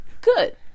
Good